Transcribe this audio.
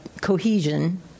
cohesion